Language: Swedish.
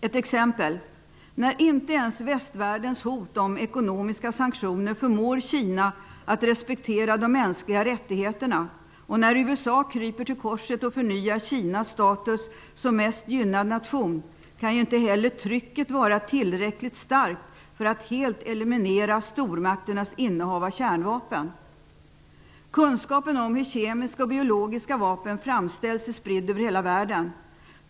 Ett exempel: När inte ens västvärldens hot om ekonomiska sanktioner förmår Kina att respektera de mänskliga rättigheterna och när USA kryper till korset och förnyar Kinas status som mest gynnad nation, kan ju inte heller trycket vara tillräckligt starkt för att helt eliminera stormakternas innehav av kärnvapen. Kunskapen om hur kemiska och biologiska vapen framställs är spridd över hela världen.